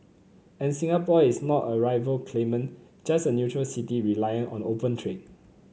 and Singapore is not a rival claimant just a neutral city reliant on open trade